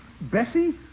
Bessie